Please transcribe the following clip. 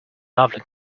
lovely